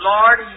Lord